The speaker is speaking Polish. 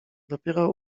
dopiero